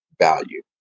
value